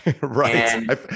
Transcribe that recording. Right